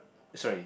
sorry